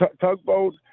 tugboat